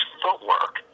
footwork